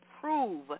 prove